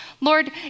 Lord